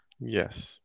Yes